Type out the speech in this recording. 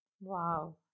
Wow